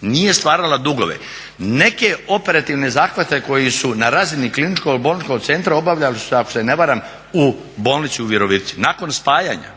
nije stvarala dugove. Neke operativne zahvate koji su na razini KBC ako se ne varam u Bolnici u Virovitici. Nakon spajanja